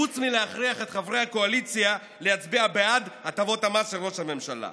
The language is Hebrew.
חוץ מלהכריח את חברי הקואליציה להצביע בעד הטבות המס של ראש הממשלה,